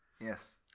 yes